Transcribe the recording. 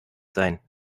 sein